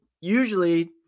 usually